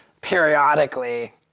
periodically